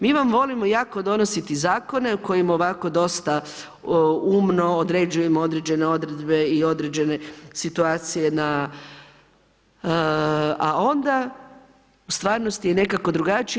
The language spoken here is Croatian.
Mo vam volimo jako donositi zakone u kojima ovako dosta umno određujemo određene odredbe i određene situacije na, a onda u stvarnosti je nekako drugačije.